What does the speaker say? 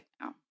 now